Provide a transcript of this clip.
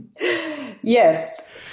Yes